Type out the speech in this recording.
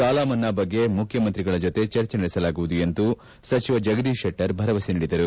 ಸಾಲಮನ್ನಾ ಬಗ್ಗೆ ಮುಖ್ಯಮಂತ್ರಿಗಳ ಜತೆ ಚರ್ಚೆ ನಡೆಸಲಾಗುವುದು ಎಂದು ಸಚಿವ ಜಗದೀಶ್ ಶೆಟ್ಟರ್ ಭರವಸೆ ನೀಡಿದರು